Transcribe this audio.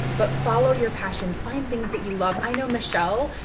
but follow your passions, find things that you love. i know, michelle,